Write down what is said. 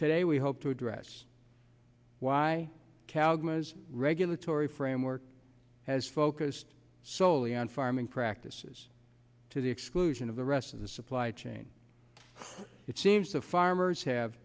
today we hope to address why calgary has regulatory framework has focused soley on farming practices to the exclusion of the rest of the supply chain it seems the farmers have